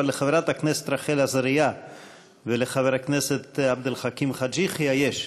אבל לחברת הכנסת רחל עזריה ולחבר הכנסת עבד אל חכים חאג' יחיא יש,